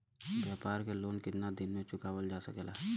व्यापार के लोन कितना दिन मे चुकावल जा सकेला?